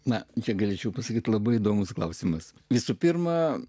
na negalėčiau pasakyti labai įdomus klausimas visų pirma